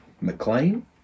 McLean